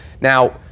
Now